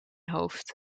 hoofd